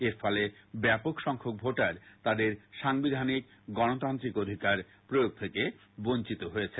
এর ফলে ব্যাপক সংখ্যক ভোটার তাদের সাংবিধানিক গণতান্ত্রিক অধিকার প্রয়োগ থেকে বঞ্চিত হয়েছেন